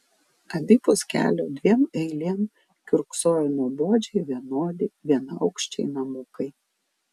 abipus kelio dviem eilėm kiurksojo nuobodžiai vienodi vienaaukščiai namukai